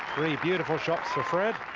really beautiful shot for fred.